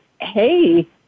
hey